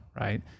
right